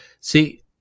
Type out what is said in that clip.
See